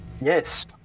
Yes